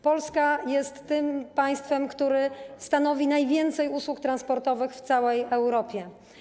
Polska jest tym państwem, które stanowi najwięcej usług transportowych w całej Europie.